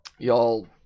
Y'all